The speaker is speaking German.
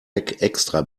extra